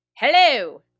Hello